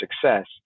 success